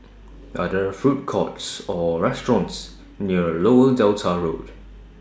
Are There Food Courts Or restaurants near Lower Delta Road